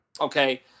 Okay